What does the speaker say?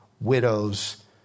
widows